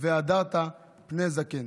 "והדרת פני זקן".